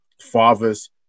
Fathers